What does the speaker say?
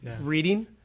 reading